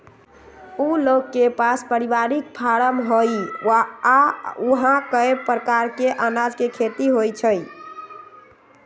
उ लोग के पास परिवारिक फारम हई आ ऊहा कए परकार अनाज के खेती होई छई